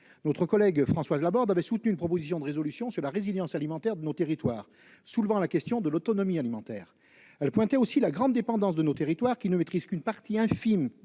notre collègue Françoise Laborde a soutenu une proposition de résolution sur la résilience alimentaire des territoires qui soulevait la question de l'autonomie alimentaire. Elle pointait du doigt la grande dépendance de nos territoires qui ne maîtrisent qu'une partie infime